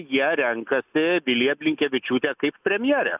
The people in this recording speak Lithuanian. jie renkasi viliją blinkevičiūtę kaip premjerę